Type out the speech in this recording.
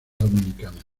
dominicana